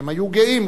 שהיו גאים,